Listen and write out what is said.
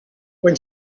when